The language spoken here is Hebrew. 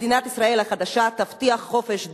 מדינת ישראל החדשה תבטיח חופש דת,